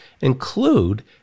include